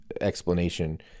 explanation